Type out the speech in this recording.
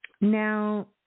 Now